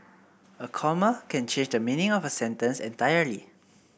a comma can change the meaning of a sentence entirely